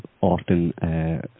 often